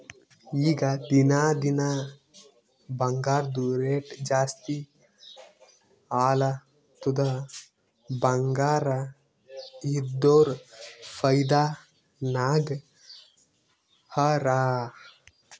ಈಗ ದಿನಾ ದಿನಾ ಬಂಗಾರ್ದು ರೇಟ್ ಜಾಸ್ತಿ ಆಲತ್ತುದ್ ಬಂಗಾರ ಇದ್ದೋರ್ ಫೈದಾ ನಾಗ್ ಹರಾ